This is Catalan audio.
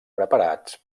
preparats